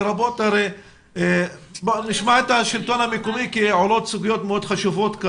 נשמע את השלטון המקומי כי עולות כאן סוגיות מאוד חשובות.